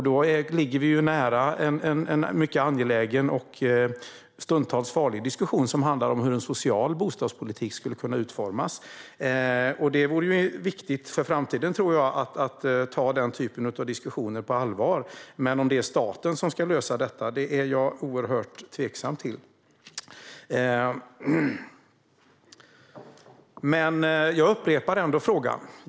Det ligger nära en mycket angelägen och stundtals farlig diskussion som handlar om hur en social bostadspolitik ska utformas, och det är viktigt för framtiden att ta den typen av diskussioner på allvar. Men om det är staten som ska lösa problemen är jag oerhört tveksam till. Jag upprepar ändå min undran.